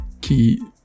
key